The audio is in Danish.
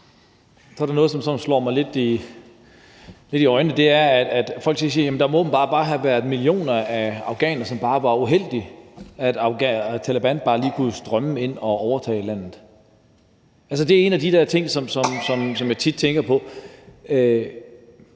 og det er, at folk tit siger, at der åbenbart må have været millioner af afghanere, som bare var uheldige, at Taleban lige kunne strømme ind og overtage landet. Altså, det er en af de der ting, som jeg tit tænker på.